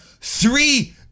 three